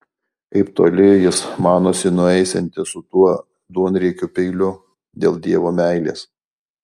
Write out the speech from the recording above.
kaip toli jis manosi nueisiantis su tuo duonriekiu peiliu dėl dievo meilės